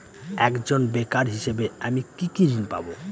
একজন বেকার হিসেবে আমি কি কি ঋণ পাব?